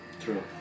true